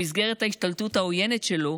במסגרת ההשתלטות העוינת שלו